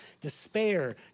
despair